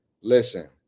Listen